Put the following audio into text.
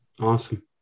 Awesome